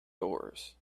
doors